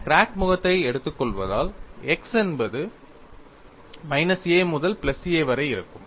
நீங்கள் கிராக் முகத்தை எடுத்துக்கொள்வதால் x என்பது மைனஸ் a முதல் பிளஸ் a வரை இருக்கும்